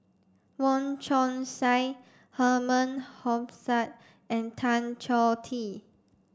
Wong Chong Sai Herman Hochstadt and Tan Choh Tee